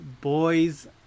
boys